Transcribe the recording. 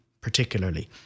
particularly